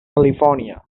california